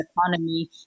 economy